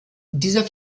dieser